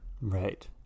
Right